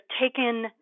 taken